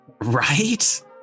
right